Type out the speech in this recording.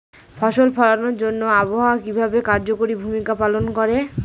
ফসল ফলানোর জন্য আবহাওয়া কিভাবে কার্যকরী ভূমিকা পালন করে?